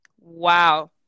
Wow